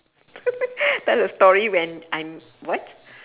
tell a story when I'm what